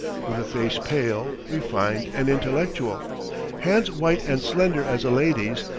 with a face pale, refined, and intellectual hands white and slender as a lady's,